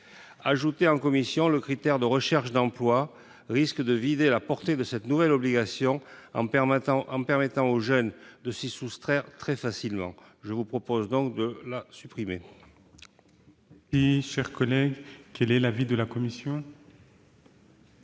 Ajouté en commission, le critère de recherche d'emploi risque de vider de sa substance cette nouvelle obligation en permettant au jeune de s'y soustraire très facilement. Je vous propose donc de la supprimer. Quel est l'avis de la commission ?